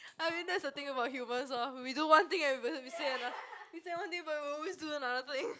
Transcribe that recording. I mean that's the thing about humans orh we do one thing and we say another thing we say one thing but we always do another thing